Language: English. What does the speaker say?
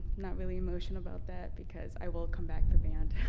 not really emotion about that because i will come back for band